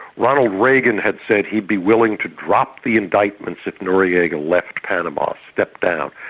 ronald reagan had said he'd be willing to drop the indictments if noriega left panama, stepped down.